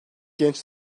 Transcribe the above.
genç